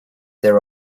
there